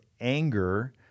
anger